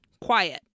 quiet